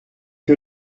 que